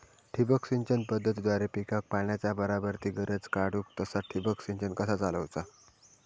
ठिबक सिंचन पद्धतीद्वारे पिकाक पाण्याचा बराबर ती गरज काडूक तसा ठिबक संच कसा चालवुचा?